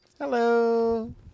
Hello